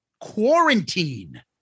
Quarantine